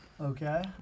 Okay